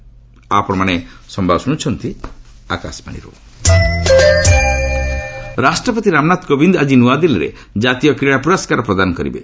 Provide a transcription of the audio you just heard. ସ୍କୋର୍ଟସ award ରାଷ୍ଟ୍ରପତି ରାମନାଥ କୋବିନ୍ଦ ଆଜି ନୂଆଦିଲ୍ଲୀରେ ଜାତୀୟ କ୍ରୀଡ଼ା ପୁରସ୍କାର ପ୍ରଦାନ କରିବେ